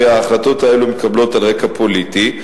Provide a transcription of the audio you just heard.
שההחלטות האלה מתקבלות על רקע פוליטי,